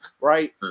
right